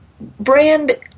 Brand